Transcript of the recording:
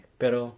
pero